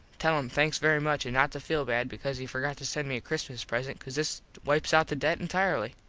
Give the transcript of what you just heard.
tell him thanks very much an not to feel bad because he forgot to send me a christmas present cause this wipes out the debt entirely.